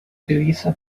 utiliza